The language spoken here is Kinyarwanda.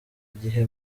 igihe